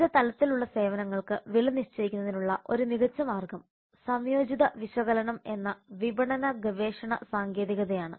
വിവിധ തലത്തിലുള്ള സേവനങ്ങൾക്ക് വില നിശ്ചയിക്കുന്നതിനുള്ള ഒരു മികച്ച മാർഗ്ഗം സംയോജിത വിശകലനം എന്ന വിപണന ഗവേഷണ സാങ്കേതികതയാണ്